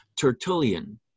Tertullian